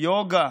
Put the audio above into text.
יוגה,